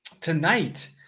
tonight